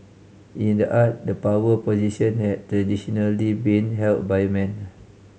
in the art the power position have traditionally been held by men